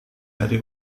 hari